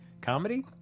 comedy